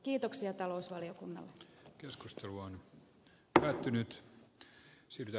kiitoksia talousvaliokunnalle